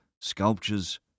sculptures